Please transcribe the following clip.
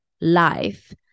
life